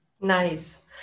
Nice